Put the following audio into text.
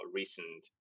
recent